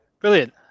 Brilliant